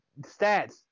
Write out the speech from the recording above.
stats